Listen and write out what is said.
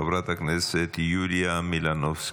חברת הכנסת יוליה מלינובסקי.